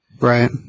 Right